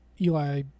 eli